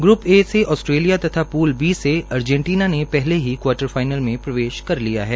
group A से Australia तथा pool B से अर्जेटिना ने पहले ही क्वाटर फाइनल में प्रवेश कर लिया है